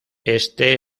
este